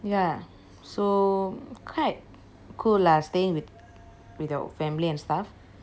ya so quite cool lah staying with with your family and stuff